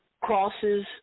crosses